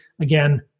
Again